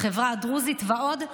החברה הדרוזית ועוד,